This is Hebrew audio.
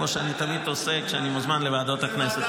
כמו שאני תמיד עושה כשאני מוזמן לוועדות הכנסת.